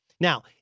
now